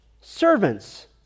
servants